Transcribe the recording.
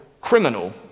criminal